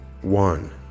one